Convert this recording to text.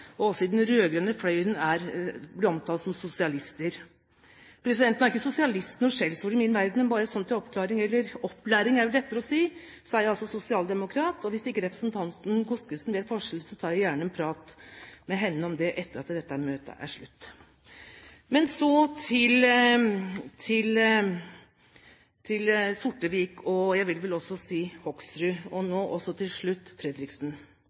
og også den rød-grønne fløyen blir omtalt som sosialister. Nå er ikke «sosialist» noe skjellsord i min verden, men bare til oppklaring, eller opplæring er vel rettere å si, så er jeg sosialdemokrat, og hvis representanten Godskesen ikke vet forskjell, tar jeg gjerne en prat med henne om det etter at dette møtet er slutt. Men så til Sortevik, og jeg vil vel også si Hoksrud og nå også til slutt Fredriksen: